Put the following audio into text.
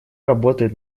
работает